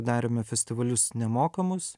darėme festivalius nemokamus